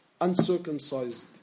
uncircumcised